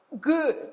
good